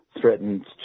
threatened